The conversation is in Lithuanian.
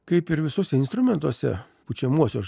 kaip ir visuose instrumentuose pučiamuosiuose